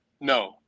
No